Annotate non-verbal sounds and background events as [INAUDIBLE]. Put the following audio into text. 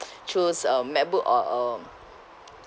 [NOISE] choose a macbook or um